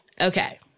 okay